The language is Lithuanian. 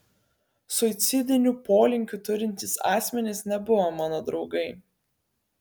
suicidinių polinkių turintys asmenys nebuvo mano draugai